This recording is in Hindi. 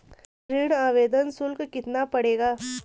ऋण आवेदन शुल्क कितना पड़ेगा?